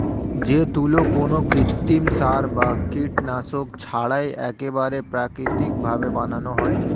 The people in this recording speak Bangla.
যে তুলো কোনো কৃত্রিম সার বা কীটনাশক ছাড়াই একেবারে প্রাকৃতিক ভাবে বানানো হয়